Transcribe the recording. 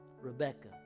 Rebecca